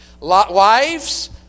Wives